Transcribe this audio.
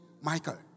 Michael